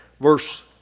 verse